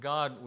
God